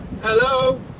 Hello